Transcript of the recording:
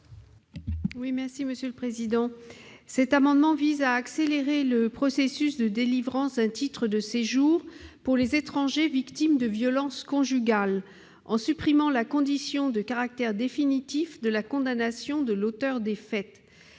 à Mme Claudine Lepage. Cet amendement vise à accélérer le processus de délivrance d'un titre de séjour pour les étrangers victimes de violences conjugales, en supprimant la condition de caractère définitif de la condamnation de l'auteur des faits.